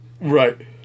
Right